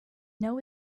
know